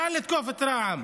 קל לתקוף את רע"מ.